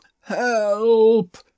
help